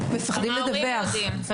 גם ההורים יודעים.